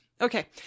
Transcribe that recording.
Okay